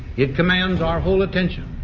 it commands our whole attention,